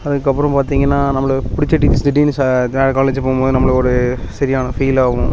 அதுக்கப்புறம் பார்த்திங்கன்னா நம்மளுக்கு பிடிச்ச டீச்சர்ஸ் திடீர்னு ச வேற காலேஜு போகும் போது நம்மளுக்கு ஒரு சரியான ஃபீல் ஆகும்